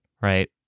right